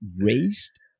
raised